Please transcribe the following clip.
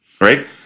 right